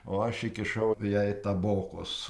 o aš įkišau jai tabokos